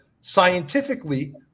scientifically